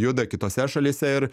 juda kitose šalyse ir